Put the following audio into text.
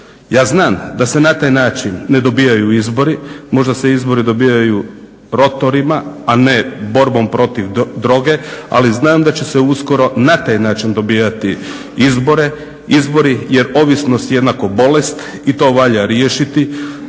Ja znam da se na taj način ne dobivaju izbori, možda se izbori dobivaju rotorima a ne borbom protiv droge, ali znam da će se uskoro na taj način dobivati izbori jer ovisnost je jednako bolest i to valja riješiti.